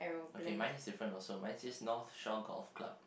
okay mine is different also mine says North Shore Golf Club